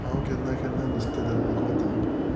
हांव केन्ना केन्ना नुस्तें धरपाक वता